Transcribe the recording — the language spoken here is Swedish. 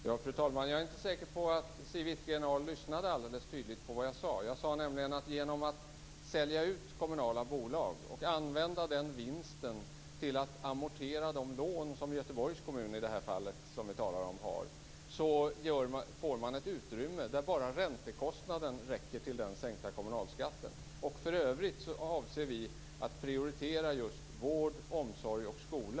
Fru talman! Jag är inte säker på att Siw Wittgren Ahl lyssnade ordentligt på vad jag sade. Jag sade nämligen att genom att sälja ut kommunala bolag och använda den vinsten till att amortera de lån som kommunen har - i det här fallet talar vi om Göteborgs kommun - får man ett utrymme där bara räntekostnaden räcker till den sänkta kommunalskatten. För övrigt avser vi att prioritera just vård, omsorg och skola.